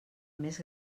més